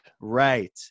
right